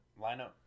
lineup